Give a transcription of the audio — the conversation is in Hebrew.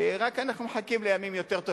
רק אנחנו מחכים לימים טובים יותר,